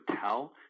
tell